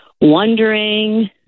wondering